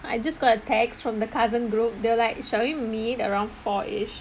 I just got a text from the cousin group they were like shall we meet around fourish